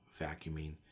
vacuuming